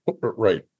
Right